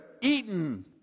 eaten